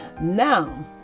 Now